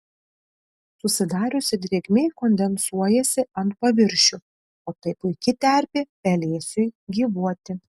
susidariusi drėgmė kondensuojasi ant paviršių o tai puiki terpė pelėsiui gyvuoti